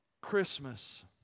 Christmas